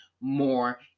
more